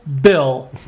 Bill